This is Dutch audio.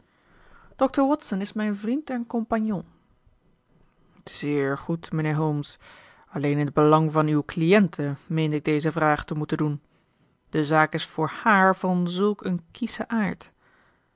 dr watson is mijn vriend en compagnon zeer goed mijnheer holmes alleen in het belang van uw cliënte meende ik deze vraag te moeten doen de zaak is voor haar van zulk een kieschen aard